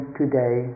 today